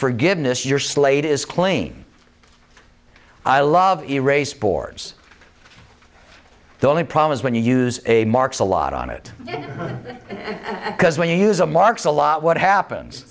forgiveness your slate is clean i love erase boards the only problem is when you use a marks a lot on it because when you use a marks a lot what happens